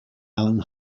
allan